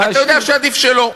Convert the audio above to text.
אתה יודע שעדיף שלא.